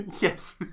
Yes